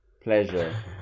pleasure